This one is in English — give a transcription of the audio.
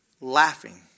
Laughing